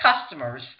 customers